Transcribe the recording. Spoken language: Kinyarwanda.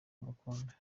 umukunda